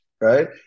right